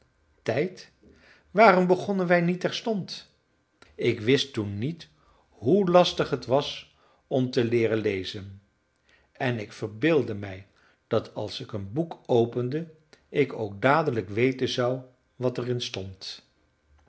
tijd waarom begonnen wij niet terstond ik wist toen niet hoe lastig het was om te leeren lezen en ik verbeeldde mij dat als ik een boek opende ik ook dadelijk weten zou wat er instond